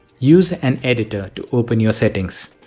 use an editor to open your settings.